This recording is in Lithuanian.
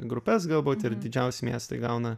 grupes galbūt ir didžiausi miestai gauna